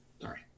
Sorry